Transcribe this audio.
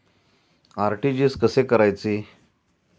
RTGS कसे करायचे?